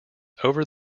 over